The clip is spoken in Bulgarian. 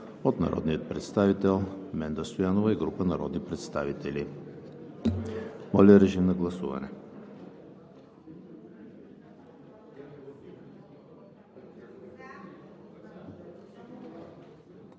от народния представител Менда Стоянова и група народни представители. Гласували